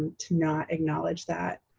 to not acknowledge that